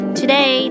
today